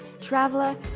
traveler